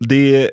Det